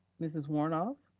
mrs. woronoff?